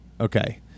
Okay